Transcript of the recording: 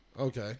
Okay